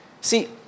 See